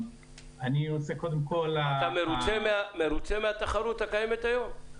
אני רוצה קודם כול --- האם אתה מרוצה מהתחרות הקיימת כיום?